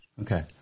Okay